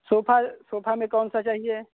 sofa sofa मे कौन सा चाहिए